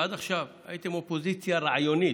ועד עכשיו הייתם אופוזיציה רעיונית,